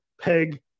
Peg